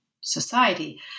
society